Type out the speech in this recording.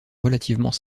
relativement